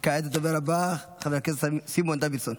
וכעת לדובר הבא, חבר הכנסת סימון דוידסון.